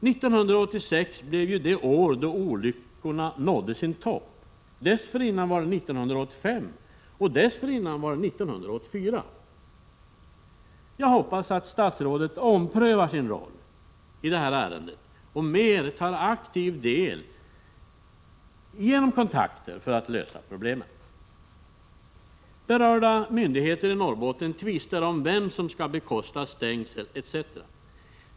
1986 blev det år då olyckorna nådde sin topp! Dessförinnan var det 1985, och dessförinnan 1984. Jag hoppas att statsrådet omprövar sin roll i detta ärende och tar mer aktiv del i arbetet för att genom kontakter lösa problemen. Berörda myndigheter i Norrbotten tvistar om vem som skall bekosta stängsel etc.